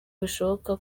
bishoboka